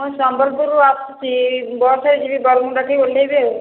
ହଁ ସମ୍ବଲପୁର ରୁ ଆସୁଛି ବସ୍ ରେ ଯିବି ବରମୁଣ୍ଡା ଠି ଓଲ୍ହେଇବି ଆଉ